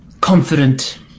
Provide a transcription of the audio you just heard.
confident